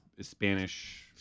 Spanish